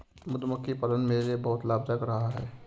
मधुमक्खी पालन मेरे लिए बहुत लाभदायक रहा है